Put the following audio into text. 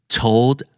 told